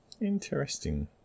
Interesting